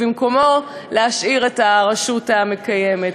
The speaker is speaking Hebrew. ובמקומו להשאיר את הרשות הקיימת.